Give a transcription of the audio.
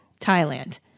Thailand